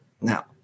Now